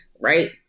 right